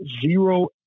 zero